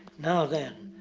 now then,